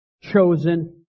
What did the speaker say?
chosen